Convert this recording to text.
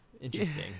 Interesting